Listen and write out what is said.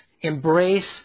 embrace